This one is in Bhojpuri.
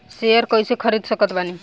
शेयर कइसे खरीद सकत बानी?